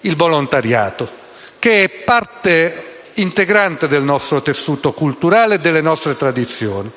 il volontariato, che è parte integrante del nostro tessuto culturale e delle nostre tradizioni,